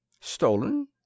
Stolen